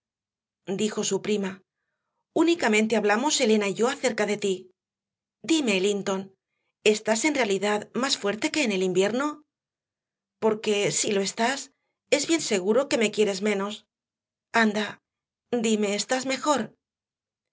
dijo su prima únicamente hablamos elena y yo acerca de ti dime linton estás en realidad más fuerte que en el invierno porque si lo estás es bien seguro que me quieres menos anda dime estás mejor